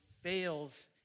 fails